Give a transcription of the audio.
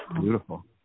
Beautiful